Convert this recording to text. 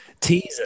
teaser